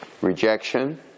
Rejection